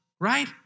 right